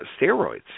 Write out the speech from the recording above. steroids